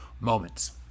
moments